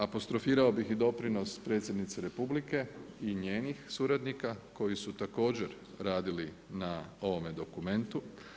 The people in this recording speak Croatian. Apostrofirao bih i doprinos predsjednice Republike i njenih suradnika koji su također radili na ovome dokumentu.